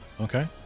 Okay